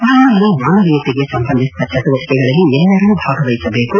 ನಮ್ಮಲ್ಲಿ ಮಾನವೀಯತೆಗೆ ಸಂಬಂಧಿಸಿದ ಚಟುವಟಿಕೆಗಳಲ್ಲಿ ಎಲ್ಲರೂ ಭಾಗವಹಿಸಬೇಕು